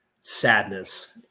sadness